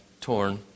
torn